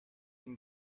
been